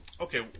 okay